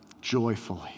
Joyfully